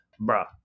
Bruh